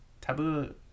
taboo